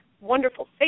wonderful